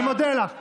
אני מודה לך.